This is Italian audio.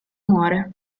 muore